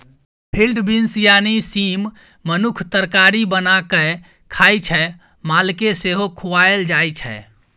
field beans यानी सीम मनुख तरकारी बना कए खाइ छै मालकेँ सेहो खुआएल जाइ छै